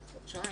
חודשיים.